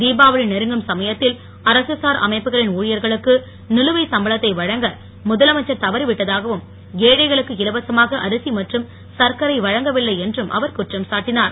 திபாவளி நெருங்கும் சமயத்தில் அரசுசார் அமைப்புகளின் ஊழியர்களுக்கு நிலுவை சம்பளத்தை வழங்க முதலமைச்சர் தவறிவிட்டதாகவும் ஏழைகளுக்கு இலவசமாக அரிசி மற்றும் சர்க்கரை வழங்கவில்லை என்றும் அவர் குற்றம் சாட்டினார்